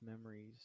memories